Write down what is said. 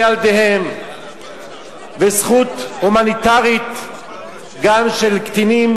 ילדיהם וזכות הומניטרית גם של קטינים,